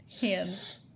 hands